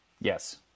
Yes